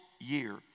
year